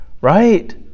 Right